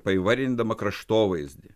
paįvairindama kraštovaizdį